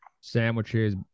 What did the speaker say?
sandwiches